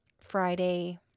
Friday